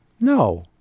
No